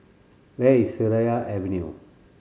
where is Seraya Avenue